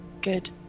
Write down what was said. Good